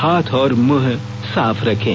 हाथ और मुंह साफ रखें